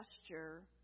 gesture